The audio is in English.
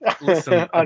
Listen